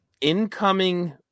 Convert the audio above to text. incoming